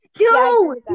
No